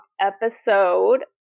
episode